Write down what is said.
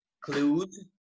clues